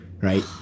right